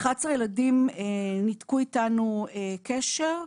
11 ילדים ניתקו איתנו קשר,